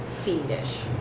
fiendish